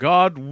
God